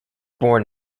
born